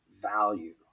value